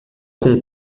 com